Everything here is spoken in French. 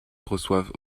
reçoivent